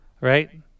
Right